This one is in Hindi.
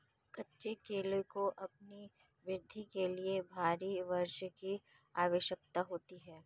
कच्चे केले को अपनी वृद्धि के लिए भारी वर्षा की आवश्यकता होती है